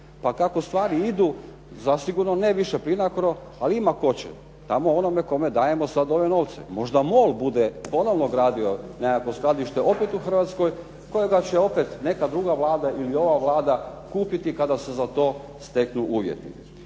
Pa kako stvari idu zasigurno ne više Plinacro ali ima tko će, tamo onaj kome dajemo sada ove novce. Možda MOL bude ponovno gradio nekakvo skladište opet u Hrvatskoj kojega će opet neka druga Vlada ili ova Vlada kupiti kada se za to steknu uvjeti.